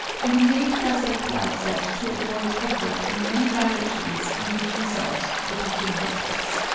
and enabled us at the outset to avoid effort in many directions in which results would have been hopeless.